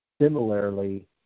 similarly